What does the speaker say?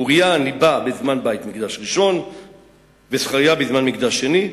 אוריה ניבא בזמן בית-מקדש ראשון וזכריה בזמן מקדש שני.